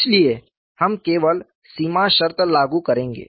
इसलिए हम केवल सीमा शर्त लागू करेंगे